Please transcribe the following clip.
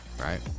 right